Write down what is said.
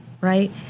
right